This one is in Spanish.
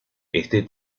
este